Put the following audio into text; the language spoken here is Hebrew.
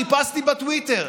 חיפשתי בטוויטר,